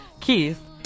Keith